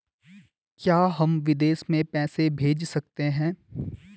क्या हम विदेश में पैसे भेज सकते हैं?